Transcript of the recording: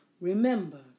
Remember